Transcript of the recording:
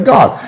God